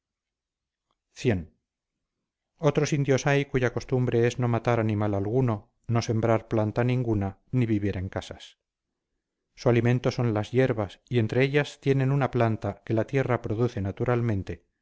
c otros indios hay cuya costumbre es no matar animal alguno no sembrar planta ninguna ni vivir en casas su alimento son las hierbas y entre ellas tienen una planta que la tierra produce naturalmente